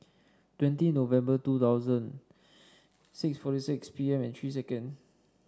twenty November two thousand six forty six P M and three second